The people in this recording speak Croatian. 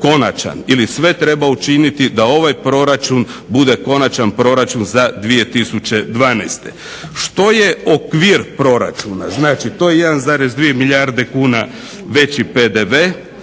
konačan ili sve treba učiniti da ovaj proračun bude konačan proračun za 2012. Što je okvir proračuna, znači to je 1,2 milijarde kuna veći PDV,